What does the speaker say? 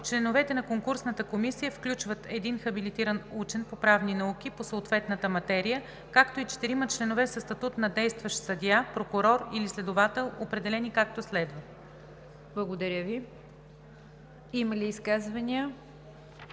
Членовете на конкурсната комисия включват един хабилитиран учен по правни науки по съответната материя, както и четирима членове със статут на действащ съдия, прокурор или следовател, определени, както следва:“ ПРЕДСЕДАТЕЛ НИГЯР ДЖАФЕР: Има ли изказвания